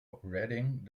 reding